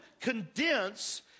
condense